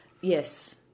Yes